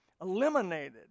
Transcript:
eliminated